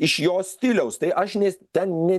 iš jos stiliaus tai aš nes ten nė